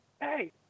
hey